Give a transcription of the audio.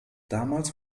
damals